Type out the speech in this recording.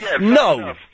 no